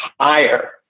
higher